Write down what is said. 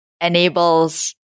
enables